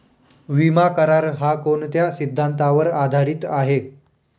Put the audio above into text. विमा करार, हा कोणत्या सिद्धांतावर आधारीत आहे?